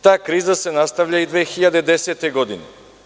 Ta kriza se nastavlja i 2010. godine.